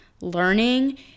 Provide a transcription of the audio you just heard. learning